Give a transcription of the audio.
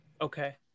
Okay